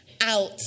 out